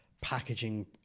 packaging